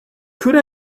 could